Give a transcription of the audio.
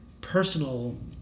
personal